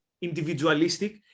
individualistic